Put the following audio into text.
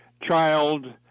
child